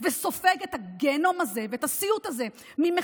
וסופג את הגיהינום הזה ואת הסיוט הזה ממחבלים,